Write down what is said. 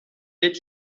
est